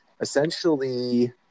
essentially